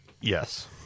Yes